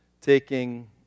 taking